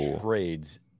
trades